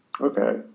okay